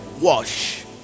wash